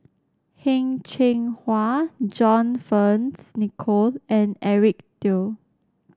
Heng Cheng Hwa John Fearns Nicoll and Eric Teo